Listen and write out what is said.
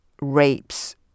rapes